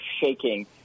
shaking